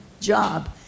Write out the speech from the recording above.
job